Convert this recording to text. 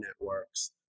networks